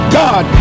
god